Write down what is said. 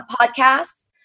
podcasts